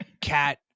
Cat